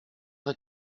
vrai